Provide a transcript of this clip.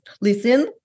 listen